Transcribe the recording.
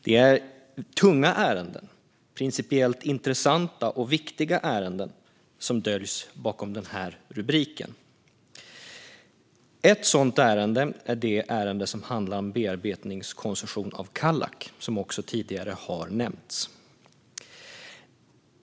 Det är tunga ärenden, principiellt intressanta och viktiga ärenden, som döljs bakom den rubriken. Ett sådant ärende är ärendet som handlar om bearbetningskoncession i Kallak, som tidigare har nämnts.